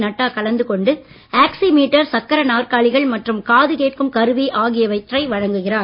நட்டா கலந்துகொண்டு ஆக்சிமீட்டர் சக்கர நாற்காலிகள் மற்றும் காதுகேட்கும் கருவி ஆகியவை வழங்குகிறார்